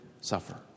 suffer